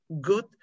good